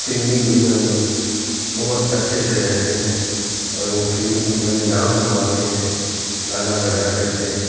فلمی دنیا میں بہت اچھے سے رہتے ہیں اور وہ فلمی دنیا میں نام کماتے ہیں گانا بجا کر کے